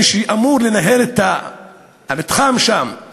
מי שאמורים לנהל את המתחם שם,